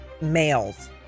males